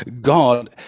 God